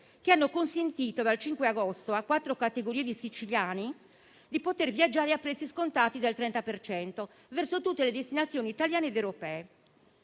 che hanno consentito dal 5 agosto a quattro categorie di siciliani di viaggiare a prezzi scontati del 30 per cento verso tutte le destinazioni italiane ed europee.